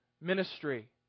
ministry